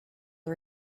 the